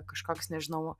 kažkoks nežinau